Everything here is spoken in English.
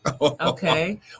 Okay